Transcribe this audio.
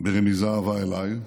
ברמיזה עבה אליי,